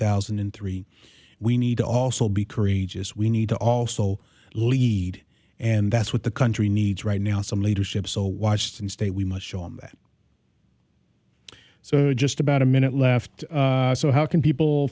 thousand and three we need to also be courageous we need to also lead and that's what the country needs right now some leadership so watched and stay we must show them that so just about a minute left so how can people